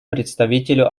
представителю